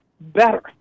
better